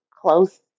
close